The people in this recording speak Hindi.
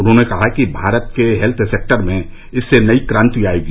उन्होंने कहा कि भारत के हेत्थ सेक्टर में इससे नई क्रांति आयेगी